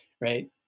right